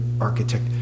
architect